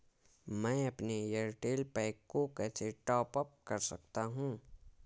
मैं अपने Airtel pack को कैसे टॉप अप कर सकता हूँ?